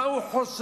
מה הוא חושב,